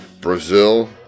Brazil